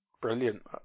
brilliant